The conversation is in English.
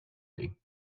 city